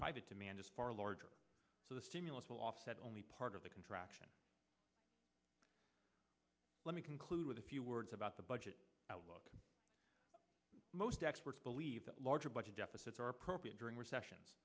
private demand is far larger so the stimulus will offset only part of the contraction let me conclude with a few words about the budget outlook most experts believe that larger budget deficits are appropriate during recessions